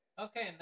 okay